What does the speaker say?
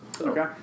okay